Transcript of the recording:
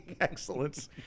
Excellence